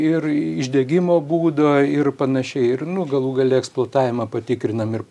ir išdegimo būdo ir panašiai ir nu galų gale eksploatavimą patikrinam ir